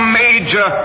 major